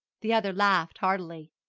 the other laughed heartily.